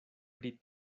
pri